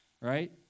right